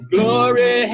Glory